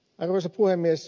arvoisa puhemies